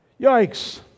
Yikes